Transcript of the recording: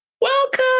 welcome